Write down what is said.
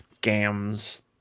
Games